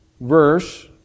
verse